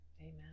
Amen